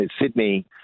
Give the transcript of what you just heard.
Sydney